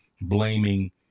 blaming